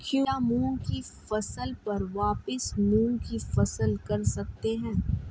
क्या मूंग की फसल पर वापिस मूंग की फसल कर सकते हैं?